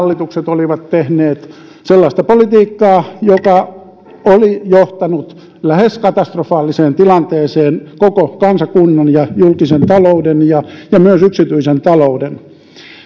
sinipunahallitukset olivat tehneet sellaista politiikkaa joka oli johtanut lähes katastrofaaliseen tilanteeseen koko kansakunnan julkisen talouden ja myös yksityisen talouden